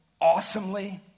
awesomely